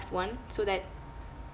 one so that